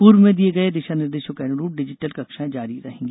पूर्व में दिये गये दिशा निर्देशों के अनुरूप डिजिटल कक्षायें जारी रहेंगी